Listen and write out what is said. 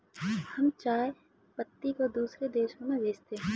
हम चाय पत्ती को दूसरे देशों में भेजते हैं